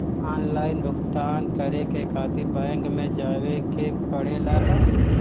Online भुगतान करे के खातिर बैंक मे जवे के पड़ेला का?